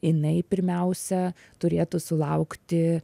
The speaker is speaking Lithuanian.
jinai pirmiausia turėtų sulaukti